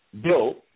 built